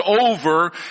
over